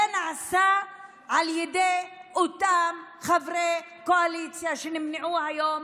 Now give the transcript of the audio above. זה נעשה על ידי אותם חברי קואליציה שנמנעו היום